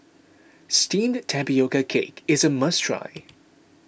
Steamed Tapioca Cake is a must try